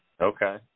Okay